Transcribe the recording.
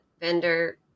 vendor